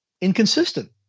inconsistent